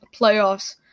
playoffs